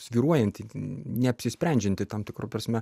svyruojanti neapsisprendžianti tam tikra prasme